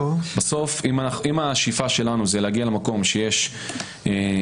בסוף אם השאיפה שלנו היא להגיע למקום שיש קבורה